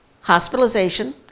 hospitalization